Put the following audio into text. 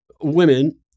women